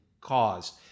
caused